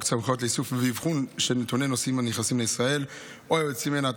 סמכויות לאיסוף ואבחון של נתוני נוסעים הנכנסים לישראל או היוצאים ממנה,